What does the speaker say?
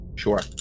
Sure